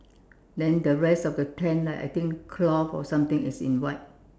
then the rest of the tent like I think cloth or something is in white